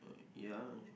ya